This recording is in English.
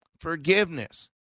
forgiveness